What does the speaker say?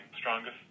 strongest